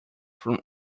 from